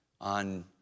on